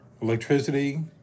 electricity